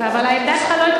זאת העמדה שלי.